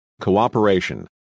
cooperation